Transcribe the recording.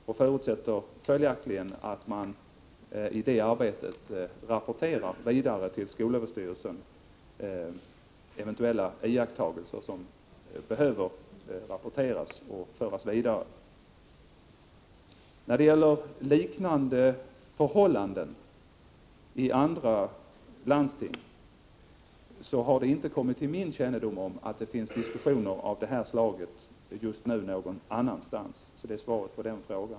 Jag förutsätter följaktligen att man i det arbetet rapporterar vidare till skolöverstyrelsen eventuella iakttagelser som behöver föras vidare. När det gäller liknande förhållanden i andra landsting har det inte kommit till min kännedom att det just nu finns diskussioner av detta slag någon annanstans — det är svaret på denna fråga.